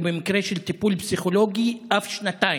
ובמקרה של טיפול פסיכולוגי אף שנתיים.